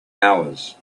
hours